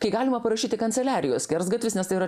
kai galima parašyti kanceliarijos skersgatvis nes tai yra